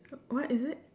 what is it